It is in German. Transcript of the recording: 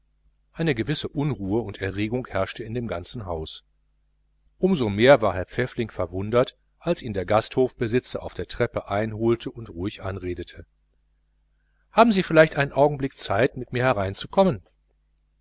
eine gewisse unruhe und erregung herrschte in dem ganzen hotel um so mehr war herr pfäffling verwundert als ihn der hotelbesitzer auf der treppe einholte und ruhig anredete haben sie vielleicht einen augenblick zeit mit mir hier